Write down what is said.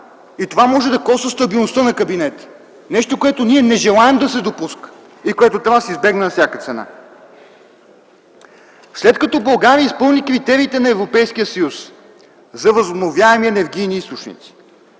гаф и може да коства стабилността на кабинета – нещо, което ние не желаем да се допуска и което трябва да се избегне на всяка цена. След като България изпълни критериите на Европейския съюз за възобновяеми енергийни източници,